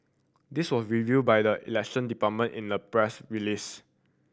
this was revealed by the Election Department in a press release